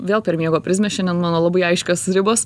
vėl per miego prizmę šiandien mano labai aiškios ribos